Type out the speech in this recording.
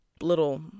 little